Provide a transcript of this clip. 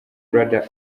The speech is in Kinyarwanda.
brother